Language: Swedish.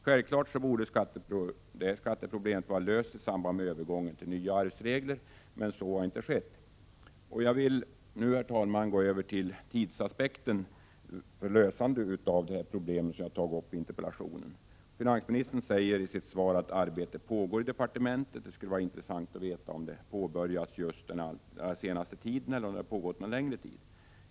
Självfallet borde detta skatteproblem ha lösts i samband med övergången till nya arvsregler, men så har inte skett. Jag vill nu, herr talman, gå över till tidsaspekten när det gäller lösandet av de problem jag tagit upp i interpellationen. Finansministern säger i sitt svar att arbetet pågår i departementet. Det skulle vara intressant att veta om det har påbörjats just under den allra senaste tiden eller om det har pågått någon längre tid.